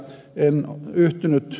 en yhtynyt ed